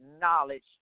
knowledge